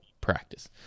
practice